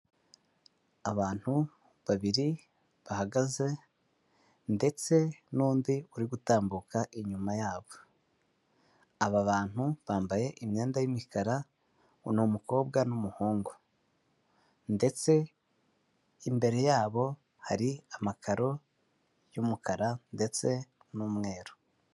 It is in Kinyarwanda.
Abantu babiri bahagaze ndetse n'undi uri gutambuka inyuma yabo. Aba bantu bambaye imyenda y'imikara, uyu ni umukobwa n'umuhungu. Ndetse imbere yabo hari amakaro y'umukara ndetse n'umweru.